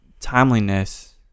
timeliness